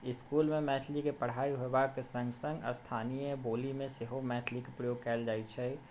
इसकुलमे मैथिली के पढ़ाइ होयबाके सङ्ग सङ्ग स्थानीय बोली मे सेहो मैथिली के प्रयोग कयल जाइत छै